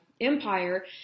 Empire